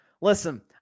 Listen